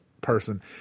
person